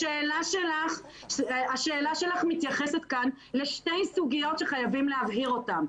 השאלה שלך מתייחסת כאן לשתי סוגיות שחייבים להבהיר אותן.